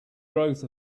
growth